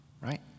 right